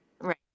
right